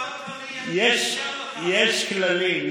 יש כללים.